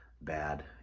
bad